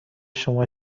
شما